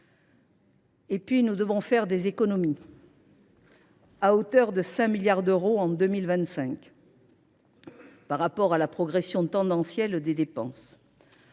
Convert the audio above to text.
ailleurs, nous devrons réaliser des économies à hauteur de 5 milliards d’euros en 2025 par rapport à la progression tendancielle des dépenses.